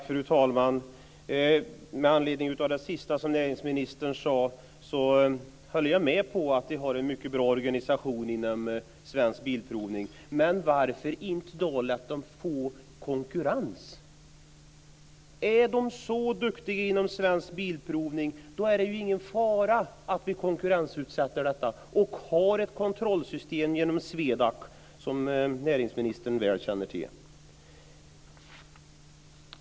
Fru talman! Med anledning av det sista som näringsministern sade håller jag med om att det är en mycket bra organisation inom Svensk Bilprovning. Men varför inte låta Svensk Bilprovning få konkurrens? Är man så duktig inom Svensk Bilprovning, då är det ingen fara med en konkurrensutsättning om man har ett kontrollsystem genom Swedac, som näringsministern väl känner till.